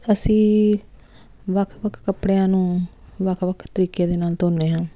ਅਸੀਂ ਵੱਖ ਵੱਖ ਕੱਪੜਿਆਂ ਨੂੰ ਵੱਖ ਵੱਖ ਤਰੀਕੇ ਦੇ ਨਾਲ ਧੋਂਦੇ ਹਾਂ